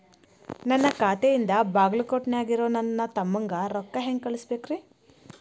ನನ್ನ ಖಾತೆಯಿಂದ ಬಾಗಲ್ಕೋಟ್ ನ್ಯಾಗ್ ಇರೋ ನನ್ನ ತಮ್ಮಗ ರೊಕ್ಕ ಹೆಂಗ್ ಕಳಸಬೇಕ್ರಿ?